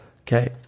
Okay